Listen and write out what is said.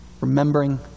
remembering